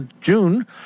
June